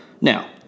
now